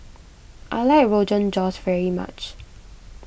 I like Rogan Josh very much